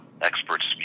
experts